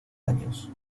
años